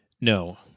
No